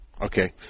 Okay